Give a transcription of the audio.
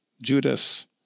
Judas